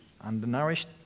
undernourished